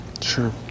Sure